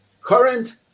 current